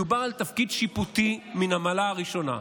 מדובר על תפקיד שיפוטי מן המעלה הראשונה.